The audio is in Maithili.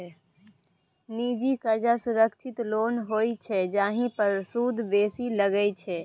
निजी करजा असुरक्षित लोन होइत छै जाहि पर सुद बेसी लगै छै